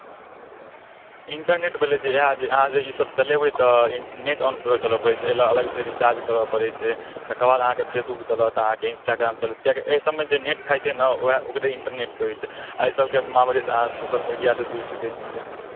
internet भेलै इएह जे अहाँ ईसभ चलेबै तऽ नेट ऑन कऽ कऽ चलबऽ पड़ै छै ओहि लए अलगसँ रिचार्ज करऽ पड़ैत छै तकर बाद अहाँकेँ फेसबुक चलत अहाँकेँ इन्स्टाग्राम चलत कियाकि ईसभमे जे नेट खाइत छै ने ओकरे इन्टरनेट कहैत छै आ ई सभके माध्यमसँ अहाँ सोशल मिडियासँ जुड़ि सकैत छियै